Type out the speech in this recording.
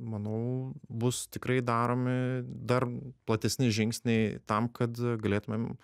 manau bus tikrai daromi dar platesni žingsniai tam kad galėtumėm